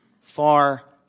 far